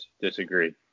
Disagree